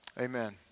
amen